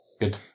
Good